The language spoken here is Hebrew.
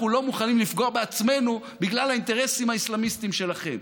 לא מוכנים לפגוע בעצמנו בגלל האינטרסים האסלאמיסטיים שלכם.